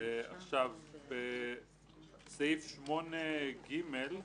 בסעיף 8(ג):